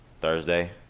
Thursday